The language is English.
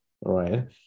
right